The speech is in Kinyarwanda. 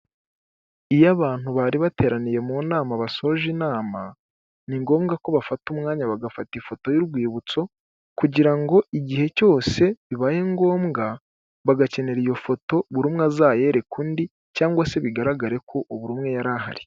Iyo abantu bari bateraniye mu nama basoje inama, ni ngombwa ko bafata umwanya bagafata ifoto y'urwibutso kugira ngo igihe cyose bibaye ngombwa bagakenera iyo foto buri umwe azayereka undi cyangwa se bigaragare ko buri umwe yari ahari.